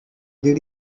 did